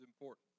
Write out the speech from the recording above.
important